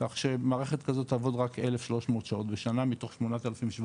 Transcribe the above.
כך שהמערכת כזאת תעבוד רק 1300 שעות בשנה מתוך 8760,